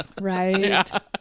right